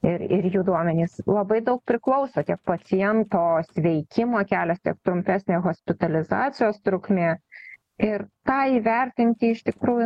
ir ir jų duomenys labai daug priklauso tiek paciento sveikimo kelias tiek trumpesnė hospitalizacijos trukmė ir tą įvertinti iš tikrųjų